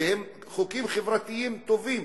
ואלה היו חוקים חברתיים טובים